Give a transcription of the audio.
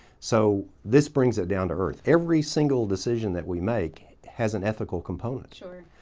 so this brings it down to earth. every single decision that we make has an ethical component. sure.